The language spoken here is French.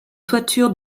toitures